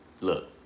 Look